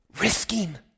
Risking